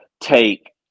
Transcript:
take